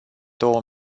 două